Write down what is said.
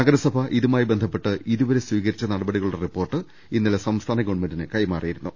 നഗർസഭ ഇതുമായി ബന്ധപ്പെട്ട് ഇതു വരെ സ്വീകരിച്ച നടപടികളുടെ റിപ്പോർട്ട് ഇന്നലെ സംസ്ഥാന ഗവൺമെന്റിന് കൈമാറിയിരുന്നു